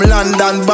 London